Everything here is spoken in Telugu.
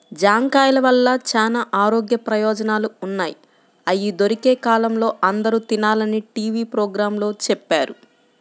జాంకాయల వల్ల చానా ఆరోగ్య ప్రయోజనాలు ఉన్నయ్, అయ్యి దొరికే కాలంలో అందరూ తినాలని టీవీ పోగ్రాంలో చెప్పారు